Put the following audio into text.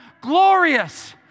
glorious